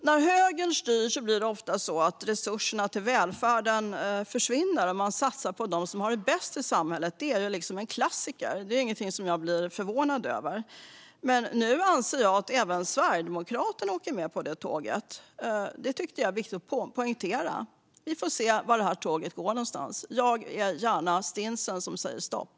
När högern styr blir det ofta så att resurserna till välfärden försvinner och man satsar på dem som har det bäst i samhället. Det är en klassiker och inget som jag blir förvånad över. Men nu anser jag att även Sverigedemokraterna åker med på det tåget. Det tycker jag är viktigt att poängtera. Vi får se vart det här tåget går. Jag är gärna stinsen som säger stopp.